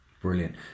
Brilliant